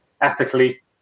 ethically